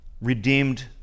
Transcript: redeemed